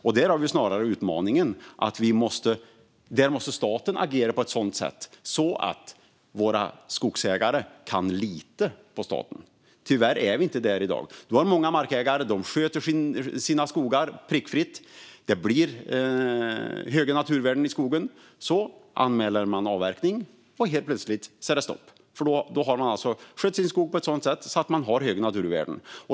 Utmaningen är snarare att här måste staten agera på ett sådant sätt att våra skogsägare kan lita på staten. Tyvärr är vi inte där i dag. Många markägare sköter sina skogar prickfritt, och då blir det höga naturvärden i skogen. Men när de anmäler avverkning blir det stopp eftersom de skött sin skog så bra att det blivit höga naturvärden.